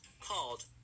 called